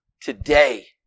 today